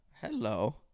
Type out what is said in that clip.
hello